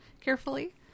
carefully